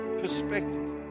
perspective